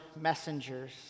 messengers